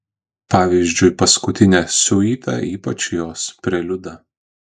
pavyzdžiui paskutinę siuitą ypač jos preliudą